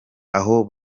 aho